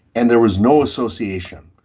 and there was no association.